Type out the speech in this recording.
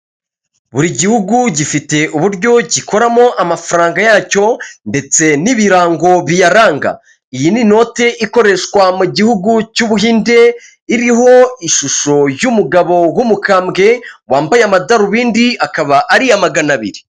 Buri gihugu gifite uburyo gikoramo amafaranga yacyo ndetse n'ibirango biyaranga, iyi niote ikoreshwa mu gihugu cy' buhinde iriho ishusho y'umugabo w'umukambwe wambaye amadarubindi akaba ari iya magana abiri.